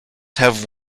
have